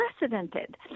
unprecedented